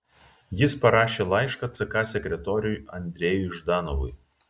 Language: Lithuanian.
jis parašė laišką ck sekretoriui andrejui ždanovui